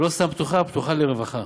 ולא סתם פתוחה, פתוחה לרווחה.